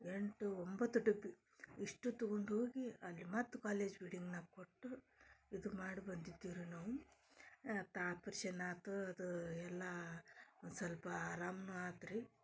ಎಂಟು ಒಂಬತ್ತು ಡಬ್ಬಿ ಇಷ್ಟು ತಗೊಂಡೋಗಿ ಅಲ್ಲಿ ಮತ್ತು ಕಾಲೇಜ್ ಬೀಡಿಂಗ್ನಾಗ ಕೊಟ್ಟು ಇದು ಮಾಡಿ ಬಂದಿದ್ದೀವ್ರಿ ನಾವು ಅತ್ತಾ ಆಪ್ರೇಷನ್ ಆತು ಅದು ಎಲ್ಲಾ ಒಂದು ಸ್ವಲ್ಪ ಅರಾಮು ಆತ್ರೀ